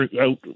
out